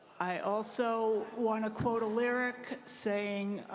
i also want to quote a lyric saying